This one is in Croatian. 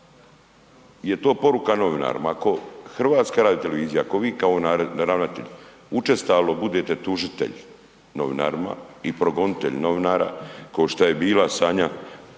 je to poruka novinarima. Ako HRT, ako vi kao ravnatelj učestalo budete tužitelj novinarima i progonitelj novinara košto je bila Sanja